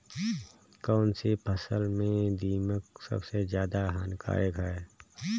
कौनसी फसल में दीमक सबसे ज्यादा हानिकारक है?